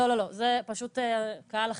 לא, לא, זה פשוט קהל אחר.